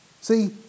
See